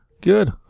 Good